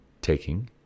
taking